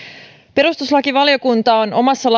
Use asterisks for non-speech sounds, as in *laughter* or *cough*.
perustuslakivaliokunta on omassa *unintelligible*